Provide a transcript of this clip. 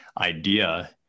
idea